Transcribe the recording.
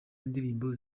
indirimbo